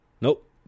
nope